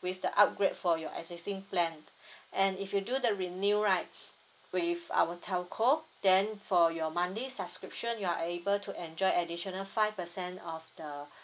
with the upgrade for your existing plan and if you do the renew right with our telco then for your monthly subscription you are able to enjoy additional five percent of the